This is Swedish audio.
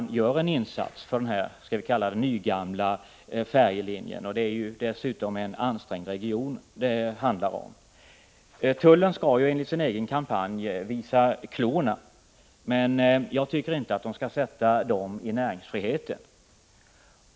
I detta sammanhang varnade finansministern för kommunala skattesänkningar, en varning som i TV:s nyhetssändningar den 1 november följdes av ett hot om att de kommuner som sänkte skatten skulle utsättas för indragningar till staten av kommunala medel.